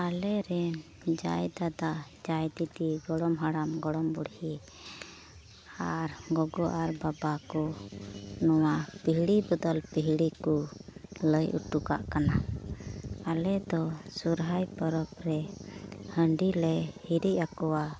ᱟᱞᱮᱨᱮᱱ ᱡᱟᱭᱫᱟᱫᱟ ᱡᱟᱭ ᱫᱤᱫᱤ ᱜᱚᱲᱚᱢ ᱦᱟᱲᱟᱢ ᱜᱚᱲᱚᱢ ᱵᱩᱲᱦᱤ ᱟᱨ ᱜᱚᱜᱚ ᱟᱨ ᱵᱟᱵᱟ ᱠᱚ ᱱᱚᱣᱟ ᱯᱤᱲᱦᱤ ᱵᱚᱫᱚᱞ ᱯᱤᱲᱦᱤ ᱠᱚ ᱞᱟᱹᱭ ᱦᱚᱴᱚ ᱠᱟᱜ ᱠᱟᱱᱟ ᱟᱞᱮᱫᱚ ᱥᱚᱦᱚᱨᱟᱭ ᱯᱚᱨᱚᱵᱽ ᱨᱮ ᱦᱟᱺᱰᱤ ᱞᱮ ᱦᱤᱨᱤᱡ ᱟᱠᱚᱣᱟ